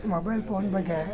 mobile phone ಬಗ್ಗೆ